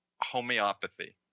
homeopathy